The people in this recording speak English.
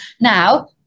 Now